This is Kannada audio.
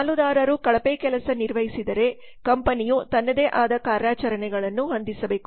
ಪಾಲುದಾರರು ಕಳಪೆ ಕೆಲಸ ನಿರ್ವಹಿಸಿದರೆ ಕಂಪನಿಯು ತನ್ನದೇ ಆದ ಕಾರ್ಯಾಚರಣೆಗಳನ್ನು ಹೊಂದಿಸಬೇಕು